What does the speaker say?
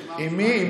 מי?